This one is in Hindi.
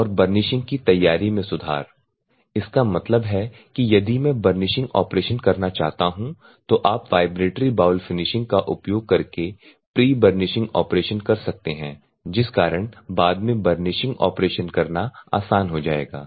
और बर्निशिंग की तैयारी में सुधार इसका मतलब है कि यदि मैं बर्निशिंग ऑपरेशन करना चाहता हूं तो आप वाइब्रेटरी बाउल फिनिशिंग का उपयोग करके प्री बर्निशिंग ऑपरेशन कर सकते हैं जिस कारण बाद में बर्निशिंग ऑपरेशन करना आसान हो जाएगा